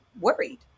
worried